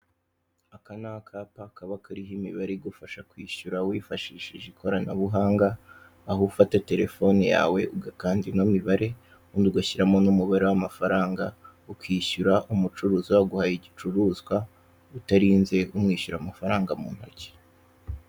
Aka ni akapa kaba kariho imibare igufasha kwishyura wifashishije ikoranabuhanga aho ufata telefone yawe, ugakanda ino mibare ubundi ugashyiramo n'umubare w'amafaranga ukishyura umucuruzi uba waguhaye igicuruzwa utarinze kumwishyura amafaranga mu ntoki.